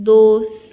दोस